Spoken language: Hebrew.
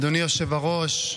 אדוני היושב-ראש,